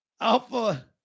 alpha